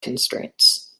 constraints